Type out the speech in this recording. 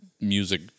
music